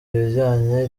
ibijyanye